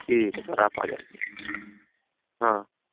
ٹھیک ہے سر آپ آجائیے ہاں